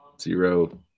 zero